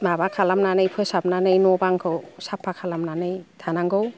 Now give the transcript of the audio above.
माबा खालामनानै फोसाबनानै न' बांखौ साफा खालामनानै थानांगौ